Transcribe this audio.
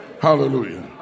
Hallelujah